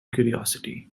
curiosity